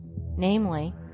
namely